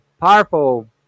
powerful